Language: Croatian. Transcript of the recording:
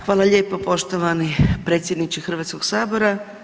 Hvala lijepo poštovani predsjedničke Hrvatskog sabora.